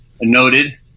Noted